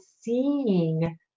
seeing